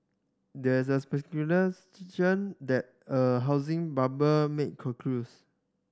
there's a that a housing bubble may concludes